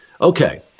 Okay